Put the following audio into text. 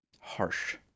harsh